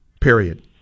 period